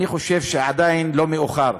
אני חושב שעדיין לא מאוחר,